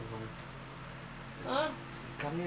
!huh! you never do mistake meh